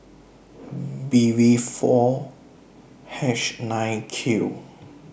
B V four H nine Q